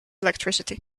electricity